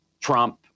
Trump